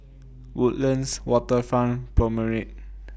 Woodlands Waterfront Promenade